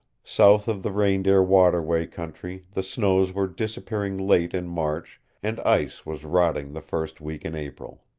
south of the reindeer waterway country the snows were disappearing late in march and ice was rotting the first week in april.